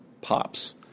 pops